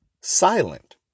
silent